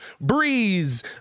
Breeze